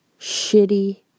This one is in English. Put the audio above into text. shitty